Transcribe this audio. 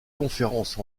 conférences